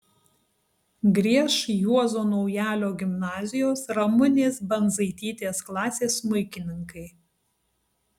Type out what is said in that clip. grieš juozo naujalio gimnazijos ramunės bandzaitytės klasės smuikininkai